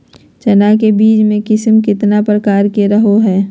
चना के बीज के किस्म कितना प्रकार के रहो हय?